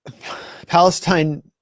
Palestine